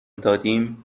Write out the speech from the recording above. دادیم